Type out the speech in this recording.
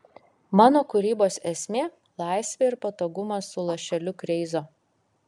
mano kūrybos esmė laisvė ir patogumas su lašeliu kreizo